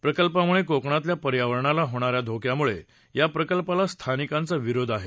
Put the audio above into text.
प्रकल्पामुळे कोकणातल्या पर्यावरणाला होणाऱ्या धोक्यामुळे या प्रकल्पाला स्थानिकांचा विरोध आहे